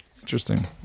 Interesting